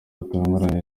butunguranye